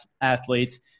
athletes